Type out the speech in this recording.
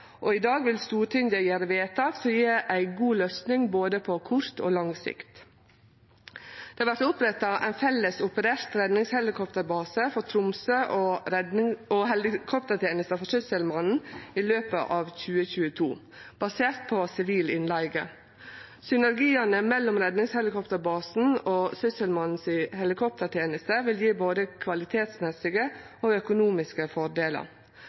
og i dag vil Stortinget gjere vedtak som vil gje ei god løysing på både kort og lang sikt. Det vert oppretta ein felles operert redningshelikopterbase i Tromsø og helikopterteneste for Sysselmannen i løpet av 2022, basert på sivil innleige. Synergiane mellom redningshelikopterbasen og Sysselmannens helikopterteneste vil gje både kvalitetsmessige og økonomiske fordelar.